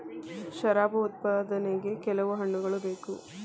ಶರಾಬು ಉತ್ಪಾದನೆಗೆ ಕೆಲವು ಹಣ್ಣುಗಳ ಬೇಕು